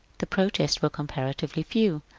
the protests were comparatively few.